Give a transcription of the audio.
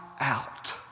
out